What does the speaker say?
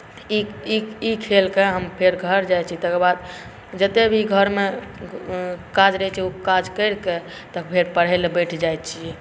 ई ई ई खेलके हम फेर हम घर जाइत छी तकरबाद जतेक भी घरमे काज रहैत छै ओ काज करिके तऽ फेर पढ़य लेल बैठ जाइत छी